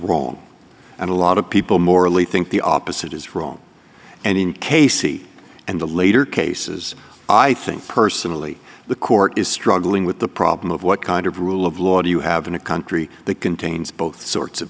wrong and a lot of people morally think the opposite is wrong and in casey and the later cases i think personally the court is struggling with the problem of what kind of rule of law do you have in a country that contains both sorts of